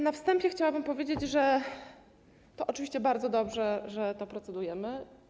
Na wstępie chciałabym powiedzieć, że to oczywiście bardzo dobrze, że nad tym procedujemy.